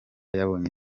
yabonye